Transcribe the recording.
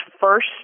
first